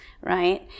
right